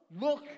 look